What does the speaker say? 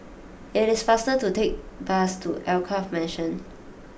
it is faster to take bus to Alkaff Mansion